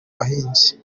bahinzi